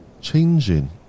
changing